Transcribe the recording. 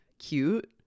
cute